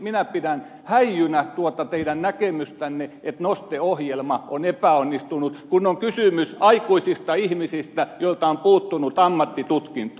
minä pidän häijynä tuota teidän näkemystänne että noste ohjelma on epäonnistunut kun on kysymys aikuisista ihmisistä joilta on puuttunut ammattitutkinto